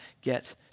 get